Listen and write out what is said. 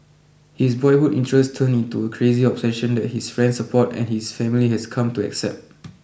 his boyhood interest turned into a crazy obsession that his friends support and his family has come to accept